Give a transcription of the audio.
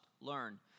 learn